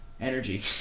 Energy